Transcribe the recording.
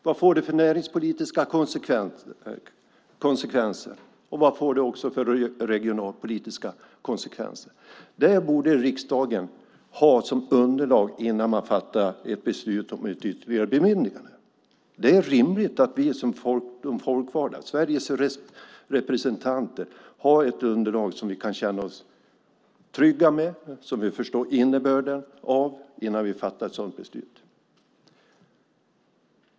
Vilka näringspolitiska och regionalpolitiska konsekvenser får detta? Detta borde riksdagen ha som underlag innan man fattar beslut om ett ytterligare bemyndigande. Det är rimligt att vi som folkvalda representanter för Sveriges folk har ett underlag som vi kan känna oss trygga med och som vi förstår innebörden av innan vi fattar ett sådant beslut.